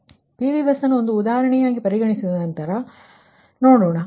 ಆದ್ದರಿಂದ PV bus ನ್ನು ಒಂದು ಉದಾಹರಣೆಯಾಗಿ ಪರಿಗಣಿಸಿದ ನಂತರ ನೋಡೋಣ